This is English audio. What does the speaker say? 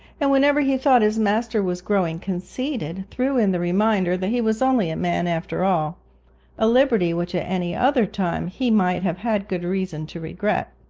and whenever he thought his master was growing conceited, threw in the reminder that he was only a man after all a liberty which at any other time he might have had good reason to regret.